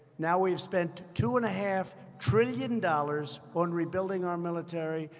now we have spent two and a half trillion dollars on rebuilding our military.